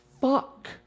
Fuck